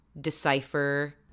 decipher